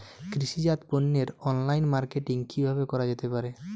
কৃষিজাত পণ্যের online marketing কিভাবে করা যেতে পারে?